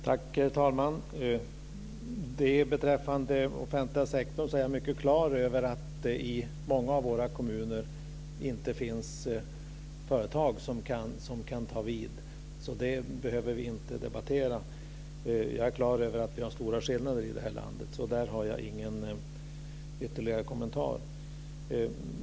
Herr talman! Beträffande den offentliga sektorn är jag mycket klar över att det i många av våra kommuner inte finns företag som kan ta vid, så det behöver vi inte debattera. Jag är klar över att det finns stora skillnader i det här landet. I det avseendet har jag ingen ytterligare kommentar.